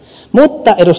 mutta ed